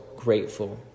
Grateful